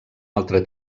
altre